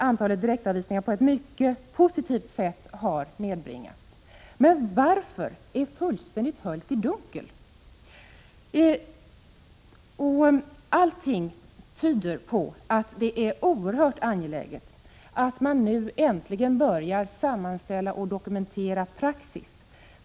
Antalet direktavvisningar har ned bringats på ett mycket positivt sätt. Men varför är detta fullständigt höljt i dunkel? Allting tyder på att det är oerhört angeläget att man nu äntligen börjar dokumentera praxis.